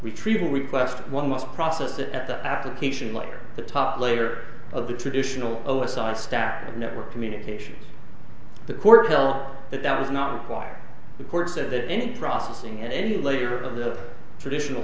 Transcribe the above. retrieval request one must process it at the application layer the top layer of the traditional o s i stack network communication the court tell that that was not required the court said that any processing and layer of the traditional